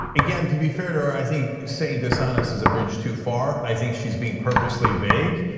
again, to be fair to her, i think saying dishonest is a bridge too far. i think she's being purposely vague,